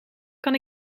kan